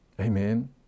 Amen